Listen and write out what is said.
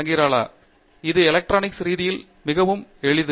துங்கிராலா இது எலக்ட்ரானிக்ஸ் ரீதியிலும் செய்ய மிகவும் எளிது